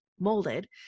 Molded